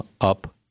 up